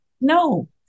No